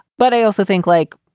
but i also think like.